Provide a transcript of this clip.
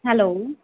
hello